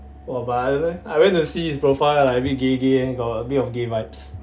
oh but I went to see his profile leh like a bit gay gay eh got a bit of gay vibes